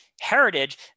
heritage